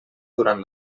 durant